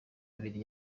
abiri